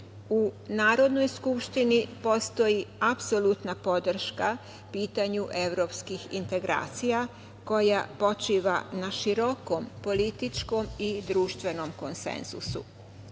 U Narodnoj skupštini postoji apsolutna podrška pitanju evropskih integracija koja počiva na širokom političkom i društvenom konsenzusu. Savez